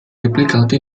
replicato